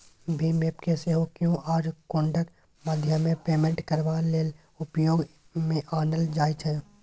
भीम app केँ सेहो Q R कोडक माध्यमेँ पेमेन्ट करबा लेल उपयोग मे आनल जाइ छै